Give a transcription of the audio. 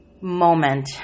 moment